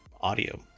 audio